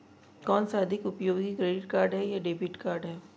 कौनसा अधिक उपयोगी क्रेडिट कार्ड या डेबिट कार्ड है?